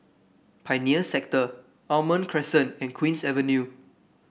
Pioneer Sector Almond Crescent and Queen's Avenue